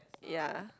ya